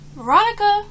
Veronica